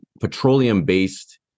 petroleum-based